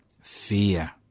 fear